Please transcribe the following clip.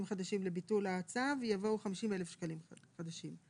חדשים וביטול ההצעה יבואו: 50,000 שקלים חדשים.